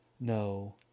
no